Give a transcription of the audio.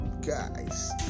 guys